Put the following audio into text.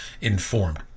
informed